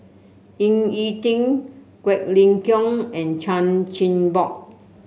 Ying E Ding Quek Ling Kiong and Chan Chin Bock